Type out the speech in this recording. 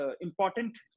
important